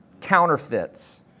counterfeits